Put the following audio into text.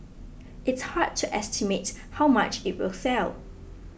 it's hard to estimate how much it will sell